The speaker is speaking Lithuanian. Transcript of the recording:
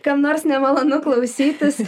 kam nors nemalonu klausytis